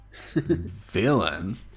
Villain